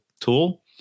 tool